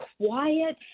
quiet